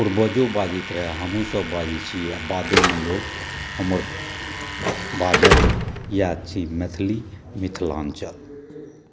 पूर्वजों बाजैत रहै हमहुँसभ बाजै छी आ बादोमे हमर लोक बाजत इएह छी मैथिली मिथिलाञ्चल